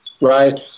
right